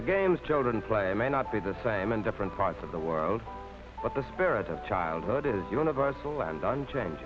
the games children play may not be the same in different parts of the world but the spirit of childhood is universal and on change